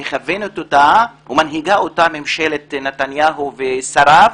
מכוונת אותה ומנהיגה אותה ממשלת נתניהו ושריו,